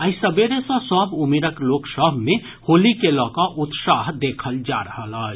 आइ सबेरे सँ सभ उमिरक लोक सभ मे होली के लऽ कऽ उत्साह देखल जा रहल अछि